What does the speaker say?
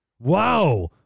wow